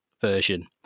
version